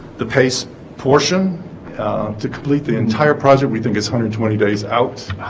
the pace portion to complete the entire project we think is hundred twenty days out